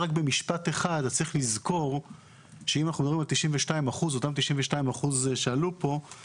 צריך לזכור שאם אנחנו מדברים על אותם 92% שעלו פה,